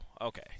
okay